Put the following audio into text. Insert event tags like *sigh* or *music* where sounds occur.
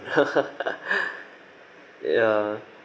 *laughs* yeah